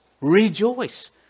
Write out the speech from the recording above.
Rejoice